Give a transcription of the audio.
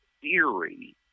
theory